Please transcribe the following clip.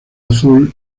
azul